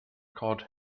cod